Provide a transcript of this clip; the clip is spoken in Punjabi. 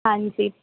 ਹਾਂਜੀ